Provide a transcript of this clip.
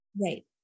Right